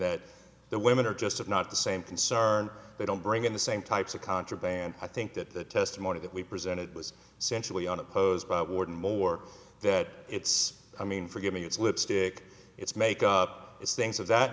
that the women are just not the same concern they don't bring in the same types of contraband i think that the testimony that we presented was centrally unopposed warden more that it's i mean forgive me it's lipstick it's make up it's things of that